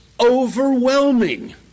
overwhelming